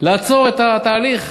לעצור את התהליך.